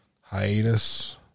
hiatus